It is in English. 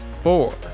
four